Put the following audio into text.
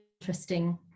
interesting